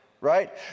Right